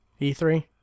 E3